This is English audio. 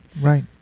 right